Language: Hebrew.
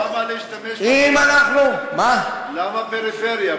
למה פריפריה?